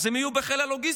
אז הם היו בחיל הלוגיסטיקה,